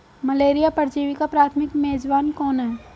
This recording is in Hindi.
मलेरिया परजीवी का प्राथमिक मेजबान कौन है?